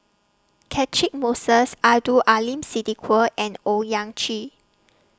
Catchick Moses Abdul Aleem Siddique and Owyang Chi